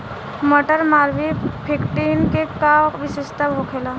मटर मालवीय फिफ्टीन के का विशेषता होखेला?